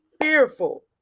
fearful